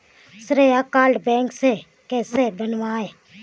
श्रेय card bank से कैसे बनवाएं?